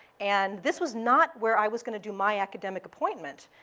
and this was not where i was going to do my academic appointment.